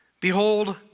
Behold